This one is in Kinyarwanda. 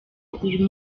uyu